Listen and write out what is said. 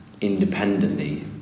independently